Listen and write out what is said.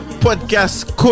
podcast